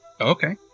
Okay